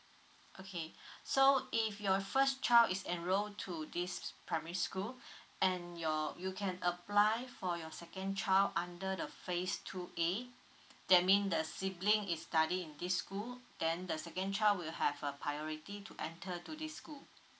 okay so if your first child is enroll to this primary school and your you can apply for your second child under the phase two a that mean the sibling is study in this school then the second child will have a priority to enter to this school